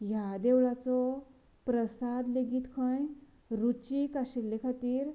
ह्या देवळाचो प्रसाद लेगीत खंय रुचीक आशिल्ले खातीर